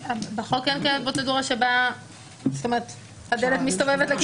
בחוק אין פרוצדורה בה הדלת מסתובבת.